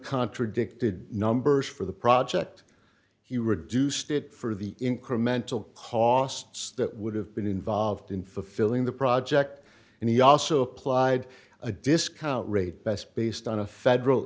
contradicted numbers for the project he reduced it for the incremental costs that would have been involved in fulfilling the project and he also applied a discount rate best based on a federal